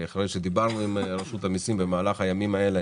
אחרי שדיברנו עם הרשות במהלך הימים האלה,